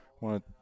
want